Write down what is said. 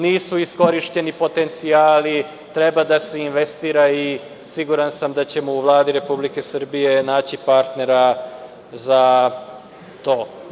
Nisu iskorišćeni potencijali, treba da se investira i siguran sam da ćemo u Vladi Republike Srbije naći partnera za to.